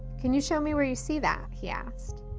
can you show me where you see that? he asked.